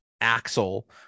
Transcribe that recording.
Axel